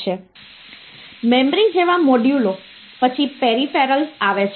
શું આપણી પાસે આર્બિટ્રરી આધારવાળી અને મૂલ્યો વગેરેની ખૂબ જ જનરલાઈઝ્ડ નંબર સિસ્ટમ હોઈ શકે